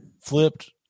flipped